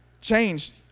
changed